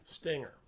Stinger